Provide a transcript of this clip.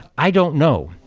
i don't know,